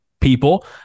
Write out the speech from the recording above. people